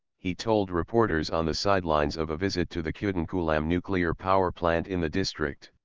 he told reporters on the sidelines of a visit to the kudankulam nuclear power plant in the district.